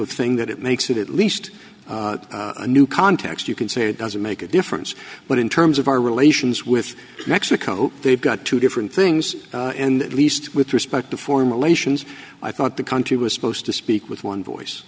of thing that it makes it at least a new context you can say it doesn't make a difference but in terms of our relations with mexico they've got two different things and least with respect to foreign relations i thought the country was supposed to speak with one voice